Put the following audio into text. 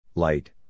Light